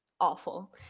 awful